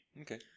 Okay